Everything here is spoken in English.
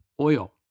oil